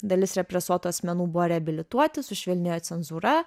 dalis represuotų asmenų buvo reabilituoti sušvelnėjo cenzūra